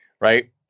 right